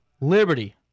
Liberty